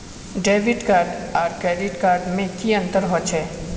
Debit card आर credit card में की अंतर होचे?